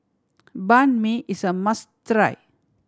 Banh Mi is a must try